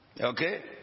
Okay